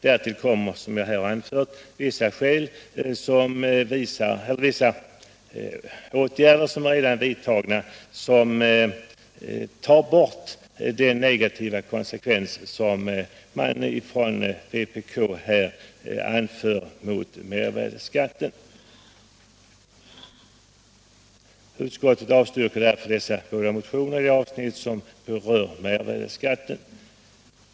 Därtill kommer, som jag har anfört, att vissa åtgärder redan vidtagits som tar bort den negativa konsekvens som man från vpk här anför som skäl mot mervärdeskatten. Utskottet avstyrker därför dessa båda motioner i de avsnitt som berör mervärdeskatten.